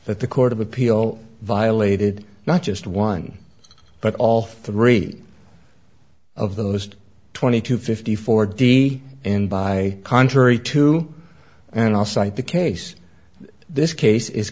that the court of appeal violated not just one but all three of those twenty to fifty four d and by contrary to and i'll cite the case this case is